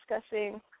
discussing